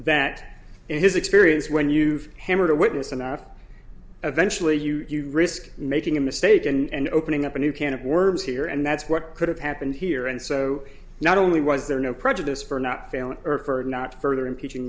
that in his experience when you've hammered a witness enough eventually you risk making a mistake and opening up a new can of worms here and that's what could have happened here and so not only was there no prejudice for not failing or for not further impeaching